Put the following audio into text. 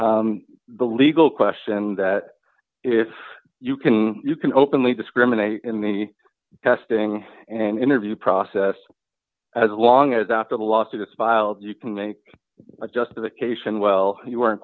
the legal question that if you can you can openly discriminate in the testing and interview process as long as after the lawsuits filed you can make a justification well you weren't